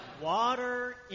water